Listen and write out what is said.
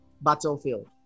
battlefield